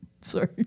Sorry